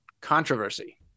controversy